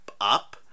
up